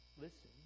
listen